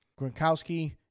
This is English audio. Gronkowski